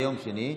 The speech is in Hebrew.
ביום שני,